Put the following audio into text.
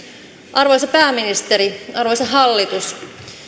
arvoisa pääministeri arvoisa hallitus